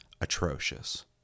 atrocious